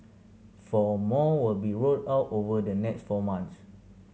four more will be rolled out over the next four months